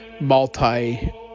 multi-